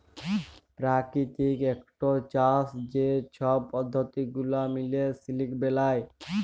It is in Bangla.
পেরাকিতিক ইকট চাষ যে ছব পদ্ধতি গুলা মিলে সিলিক বেলায়